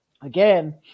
again